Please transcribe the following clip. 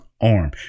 arm